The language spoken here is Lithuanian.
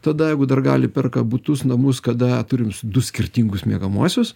tada jeigu dar gali perka butus namus kada turim du skirtingus miegamuosius